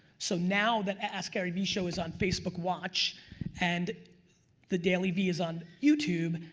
so now that askgaryvee show is on facebook watch and the dailyvee is on youtube,